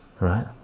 Right